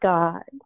God